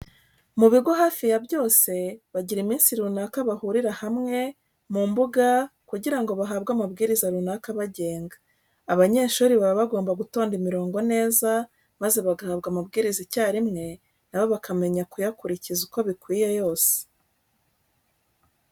Mu bigo hafi ya byose bagira iminsi runaka bahurira hamwe mu mbuga kugira ngo bahabwe amabwiriza runaka abagenga. Abanyeshuri baba bagomba gutonda imirongo neza, maze bagahabwa amabwiriza icyarimwe na bo bakamenya kuyakurikiza uko bikwiye yose.